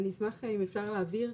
אני אשמח אם אפשר להבהיר,